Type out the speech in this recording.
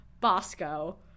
bosco